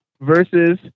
Versus